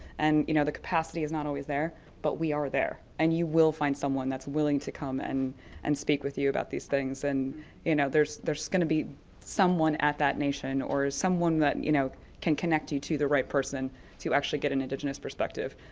and you know the capacity is not always there, but we are there. and you will find someone that's wiling to come and and speak with you about these things and you know there's there's going to be someone at that nation or someone that, you know, can connect you to the right person to actually get an indigenous perspective.